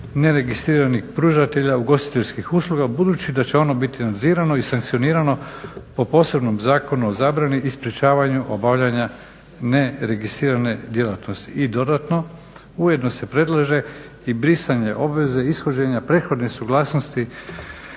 neregistriranih pružatelja ugostiteljskih usluga budući da će ono biti nadzirano i sankcionirano po posebnom Zakonu o zabrani i sprječavanju obavljanja neregistrirane djelatnosti. I dodatno, ujedno se predlaže i brisanje obveze ishođenja prethodne suglasnosti